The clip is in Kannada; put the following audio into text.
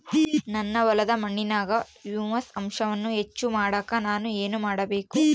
ನನ್ನ ಹೊಲದ ಮಣ್ಣಿನಾಗ ಹ್ಯೂಮಸ್ ಅಂಶವನ್ನ ಹೆಚ್ಚು ಮಾಡಾಕ ನಾನು ಏನು ಮಾಡಬೇಕು?